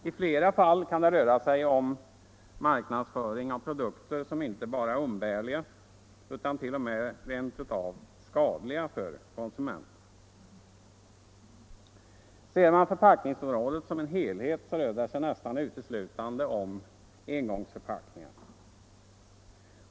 I flera fall kan det röra sig om marknadsföring av produkter som inte bara är umbärliga utan t.o.m. rent av är skadliga för konsumenten. Ser man förpackningsområdet som en helhet, så rör det sig nästan uteslutande om engångsförpackningar.